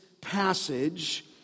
passage